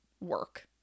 work